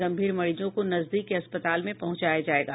गम्भीर मरीजों को नजदीक के अस्पताल में पहंचाया जायेगा